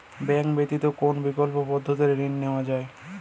Bank ব্যতিত কোন বিকল্প পদ্ধতিতে ঋণ নেওয়া যায়?